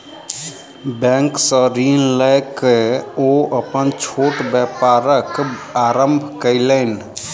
bank सॅ ऋण लय के ओ अपन छोट व्यापारक आरम्भ कयलैन